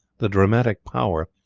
the dramatic power,